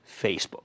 Facebook